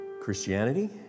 Christianity